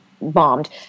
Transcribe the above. bombed